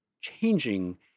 changing